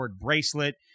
bracelet